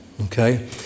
Okay